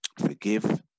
forgive